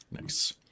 Nice